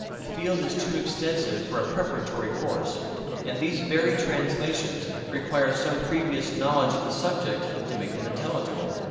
the field is too extensive for a preparatory course and these very translations require some previous knowledge of the subject to make them intelligible.